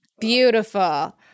Beautiful